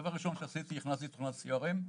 הדבר הראשון שעשיתי הוא שהכנסתי תוכנת סקרים.